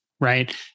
right